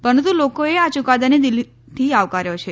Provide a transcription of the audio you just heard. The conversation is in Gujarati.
પરંતુ લોકોએ આ યુકાદાને દિલથી આવકાર્યો છે